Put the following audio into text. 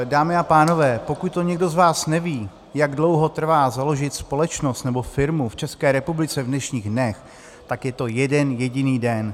Dámy a pánové, pokud někdo z vás neví, jak dlouho trvá založit společnost nebo firmu v České republice v dnešních dnech, tak je to jeden jediný den.